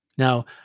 Now